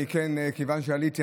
כיוון שעליתי,